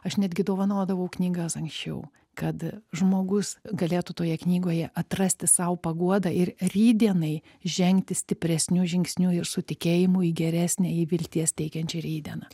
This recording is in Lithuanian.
aš netgi dovanodavau knygas anksčiau kad žmogus galėtų toje knygoje atrasti sau paguodą ir rytdienai žengti stipresniu žingsniu ir su tikėjimu į geresnę į vilties teikiančią rytdieną